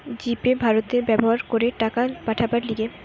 জি Pay ভারতে ব্যবহার করে টাকা পাঠাবার লিগে